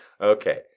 Okay